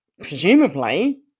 presumably